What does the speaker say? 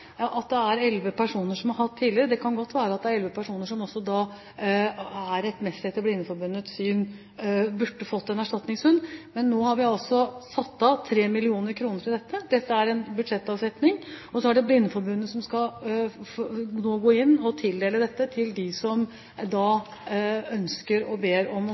at det er elleve personer som har hatt det tidligere, kan det godt være at det etter Blindeforbundets syn er elleve personer som også rettmessig burde fått en erstatningshund. Men nå har vi altså satt av 3 mill. kr til dette. Dette er en budsjettavsetning, og så er det Blindeforbundet som nå skal gå inn og tildele dette til dem som ønsker og ber om